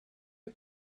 the